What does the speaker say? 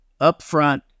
upfront